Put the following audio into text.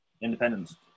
Independence